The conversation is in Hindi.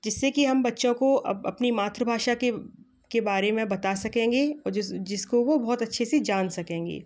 जिससे कि हम बच्चों को अब अपनी मातृ भाषा के के बारे में बता सकेंगे और जिस जिसको वो बहुत अच्छे से जान सकेंगे